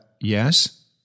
Yes